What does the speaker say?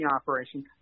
operation